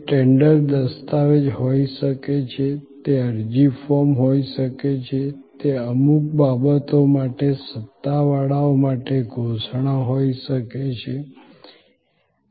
તે ટેન્ડર દસ્તાવેજ હોઈ શકે છે તે અરજી ફોર્મ હોઈ શકે છે તે અમુક બાબતો માટે સત્તાવાળાઓ માટે ઘોષણા હોઈ શકે છે